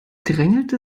drängelte